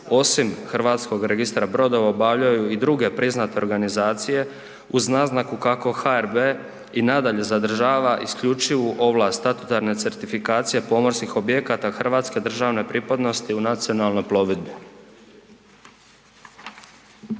osim Hrvatskog registra brodova obavljaju i druge priznate organizacije uz naznaku kako HRB i nadalje zadržava isključivu ovlast statutarne certifikacije pomorskih objekata hrvatske državne pripadnosti u nacionalnoj plovidbi.